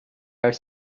are